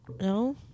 No